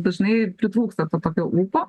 dažnai pritrūksta to tokio laiko